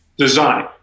Design